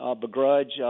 begrudge